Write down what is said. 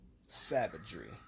savagery